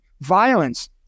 Violence